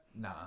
Nah